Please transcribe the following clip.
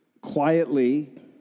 quietly